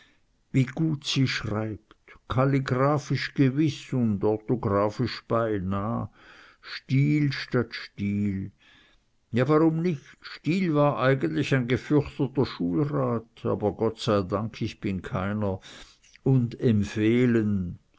wie gut sie schreibt kalligraphisch gewiß und orthographisch beinah stiehl statt stiel ja warum nicht stiehl war eigentlich ein gefürchteter schulrat aber gott sei dank ich bin keiner und emphelen